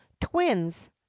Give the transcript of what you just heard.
twins